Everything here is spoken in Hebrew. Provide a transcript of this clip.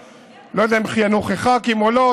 אני לא יודע אם הם כיהנו כח"כים או לא,